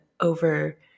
over